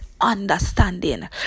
understanding